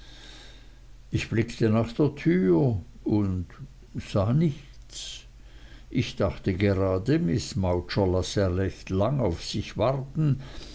ich blickte nach der türe und sah nichts ich dachte gerade miß mowcher lasse recht lang auf sich warten